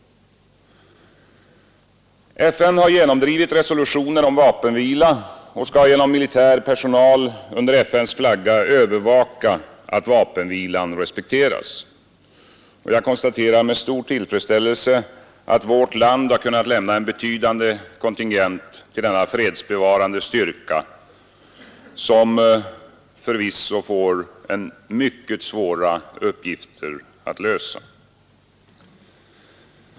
FN har genomdrivit resolutioner om vapenvila och skall genom militär personal under FN:s flagga övervaka att vapenvilan respekteras. Jag konstaterar med stor tillfredsställelse att vårt land kunnat lämna en betydande kontingent till denna fredsbevarande styrka, som förvisso får mycket svåra uppgifter att lösa.